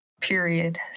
period